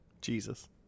Jesus